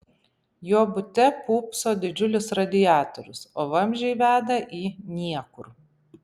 jo bute pūpso didžiulis radiatorius o vamzdžiai veda į niekur